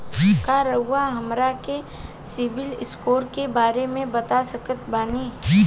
का रउआ हमरा के सिबिल स्कोर के बारे में बता सकत बानी?